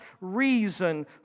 reason